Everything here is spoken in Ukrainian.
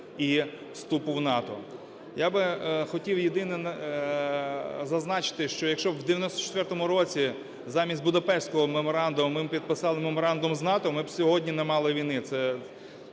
і вступу в НАТО. Я би хотів єдине зазначити, що якщо б в 94-му році замість Будапештського меморандуму ми підписали меморандум з НАТО, ми б сьогодні не мали війни.